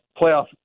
playoff –